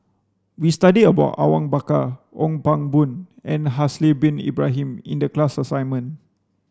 we studied about Awang Bakar Ong Pang Boon and Haslir Bin Ibrahim in the class assignment